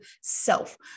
self